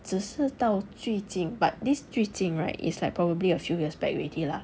只是道具景 but these 具景 right is like probably a few years back already lah